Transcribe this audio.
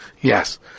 Yes